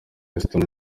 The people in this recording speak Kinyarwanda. esther